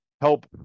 help